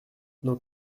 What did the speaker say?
nos